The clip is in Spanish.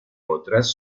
otras